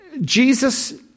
Jesus